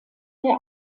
der